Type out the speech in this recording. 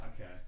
Okay